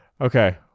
okay